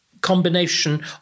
combination